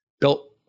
built